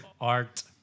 art